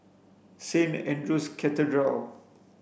Saint Andrew's Cathedral